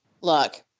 Look